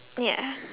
yeah